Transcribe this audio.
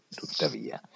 tuttavia